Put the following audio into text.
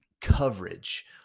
coverage